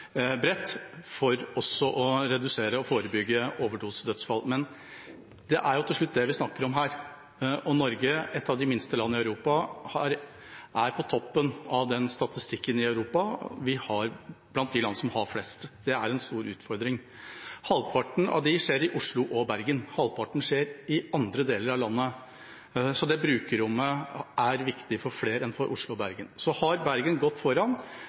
snakker om her. Norge, et av de minste landene i Europa, er på toppen av den statistikken i Europa. Vi er blant de landene som har flest. Det er en stor utfordring. Halvparten av dem skjer i Oslo og i Bergen, og halvparten skjer i andre deler av landet. Så brukerrommet er viktig for flere enn Oslo og Bergen. Bergen har gått foran